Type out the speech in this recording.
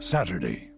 Saturday